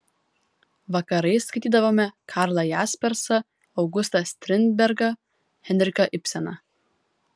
vakarais skaitydavome karlą jaspersą augustą strindbergą henriką ibseną